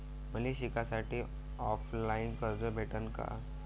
मले शिकासाठी ऑफलाईन कर्ज भेटन का?